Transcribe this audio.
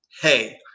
hey